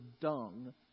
dung